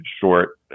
short